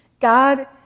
God